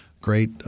great